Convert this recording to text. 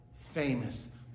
famous